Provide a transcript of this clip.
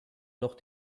noch